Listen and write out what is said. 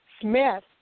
Smith